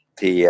Thì